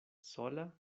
sola